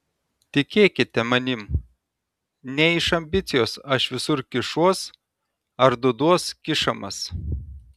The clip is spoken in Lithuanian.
tikėkite manim ne iš ambicijos aš visur kišuos ar duoduos kišamas